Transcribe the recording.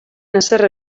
haserre